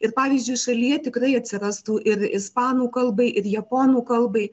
ir pavyzdžiui šalyje tikrai atsirastų ir ispanų kalbai ir japonų kalbai